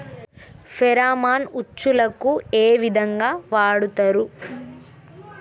Pheromone ఉచ్చులకు ఏ విధంగా వాడుతరు?